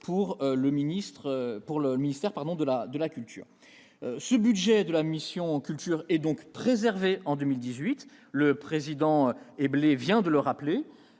pour le ministère de la culture. Les crédits de la mission « Culture » sont donc préservés en 2018, le président Éblé vient de le rappeler.